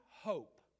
hope